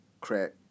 crack